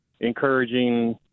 encouraging